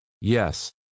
Yes